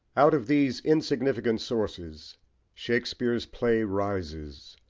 out of these insignificant sources shakespeare's play rises,